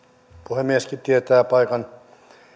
puhemieskin tietää paikan